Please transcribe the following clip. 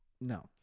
No